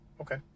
Okay